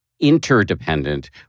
interdependent